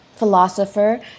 philosopher